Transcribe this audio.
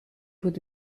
would